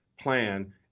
plan